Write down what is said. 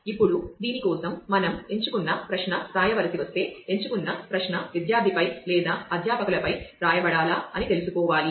ఇప్పుడు దీని కోసం మనం ఎంచుకున్న ప్రశ్న రాయవలసి వస్తే ఎంచుకున్న ప్రశ్న విద్యార్థిపై లేదా అధ్యాపకులపై వ్రాయబడాలా అని తెలుసుకోవాలి